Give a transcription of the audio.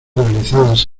realizadas